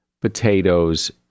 potatoes